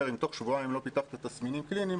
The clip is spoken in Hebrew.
שאם תוך שבועיים לא פיתחת תסמינים קליניים,